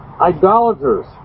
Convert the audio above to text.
idolaters